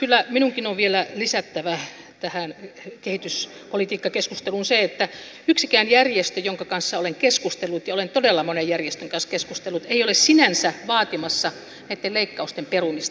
kyllä minunkin on vielä lisättävä tähän kehityspolitiikkakeskusteluun se että yksikään järjestö jonka kanssa olen keskustellut ja olen todella monen järjestön kanssa keskustellut ei ole sinänsä vaatimassa näitten leikkausten perumista